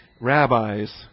rabbis